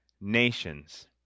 nations